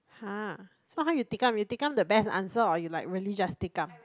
!huh! so how you take up you take up the best answer or you like really just take up